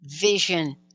vision